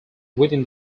within